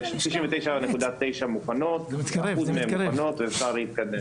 99.9 אחוזים מהתקנות מוכן ואפשר להתקדם.